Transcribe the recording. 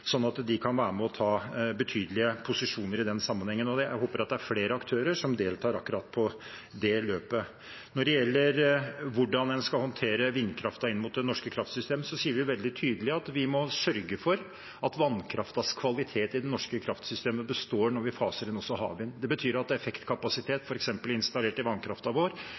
at de kan være med og ta betydelige posisjoner i den sammenheng. Og jeg håper det er flere aktører som deltar i akkurat det løpet. Når det gjelder hvordan man skal håndtere vindkraften inn mot det norske kraftsystemet, sier vi veldig tydelig at vi må sørge for at vannkraftens kvalitet i det norske kraftsystemet består når vi faser inn også havvind. Det betyr at effektkapasitet, f.eks. installert i vannkraften vår,